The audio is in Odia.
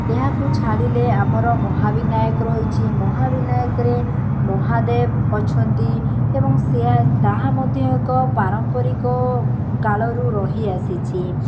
ଏହାକୁ ଛାଡ଼ିଲେ ଆମର ମହାବିନାୟକ ରହିଛି ମହାବିନାୟକରେ ମହାଦେବ ଅଛନ୍ତି ଏବଂ ତାହା ମଧ୍ୟ ଏକ ପାରମ୍ପରିକ କାଳରୁ ରହିଆସିଛି